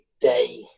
day